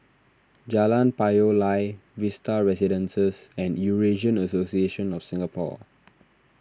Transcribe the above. Jalan Payoh Lai Vista Residences and Eurasian Association of Singapore